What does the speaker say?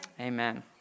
Amen